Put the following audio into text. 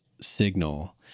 signal